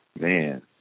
Man